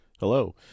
Hello